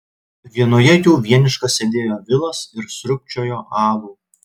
vienoje jų vienišas sėdėjo vilas ir sriubčiojo alų